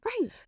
right